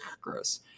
gross